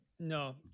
No